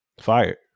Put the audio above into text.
fired